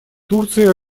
турция